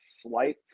slight